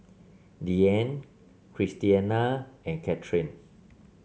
Deanne Christiana and Cathryn